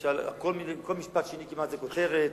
כל משפט שני כמעט זה כותרת,